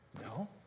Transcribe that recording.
No